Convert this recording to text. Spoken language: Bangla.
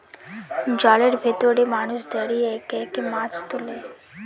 জলের ভেতরে মানুষ দাঁড়িয়ে একে একে মাছ তোলে